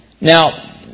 Now